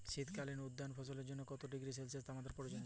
শীত কালীন উদ্যান ফসলের জন্য কত ডিগ্রী সেলসিয়াস তাপমাত্রা প্রয়োজন?